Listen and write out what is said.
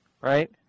right